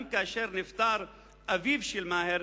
גם כאשר נפטר אביו של מאהר